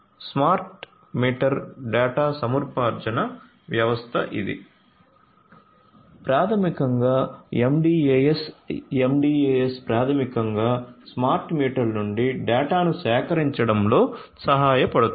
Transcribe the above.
smart meter data సముపార్జన వ్యవస్థ ఇది ప్రాథమికంగా MDAS MDAS ప్రాథమికంగా స్మార్ట్ మీటర్ల నుండి డేటాను సేకరించడంలో సహాయపడుతుంది